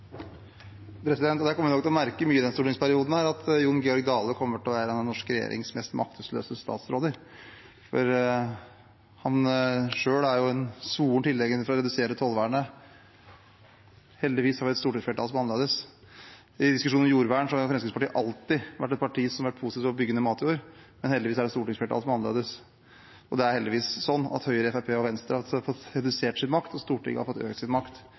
til å merke i denne stortingsperioden at Jon Georg Dale kommer til å være en av den norske regjeringens mest maktesløse statsråder. Han er jo selv en svoren tilhenger av å redusere tollvernet, men heldigvis har vi et stortingsflertall som tenker annerledes. I diskusjoner om jordvern har Fremskrittspartiet alltid vært et parti som har vært positive til å bygge ned matjord, men heldigvis har vi et stortingsflertall som tenker annerledes. Det er heldigvis sånn at Høyre, Fremskrittspartiet og Venstre har fått redusert sin makt, og Stortinget har fått økt sin makt